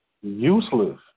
useless